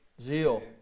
Zeal